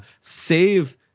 save